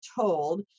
told